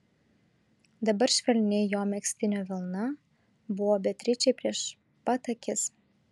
dabar švelni jo megztinio vilna buvo beatričei prieš pat akis